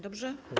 Dobrze?